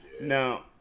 Now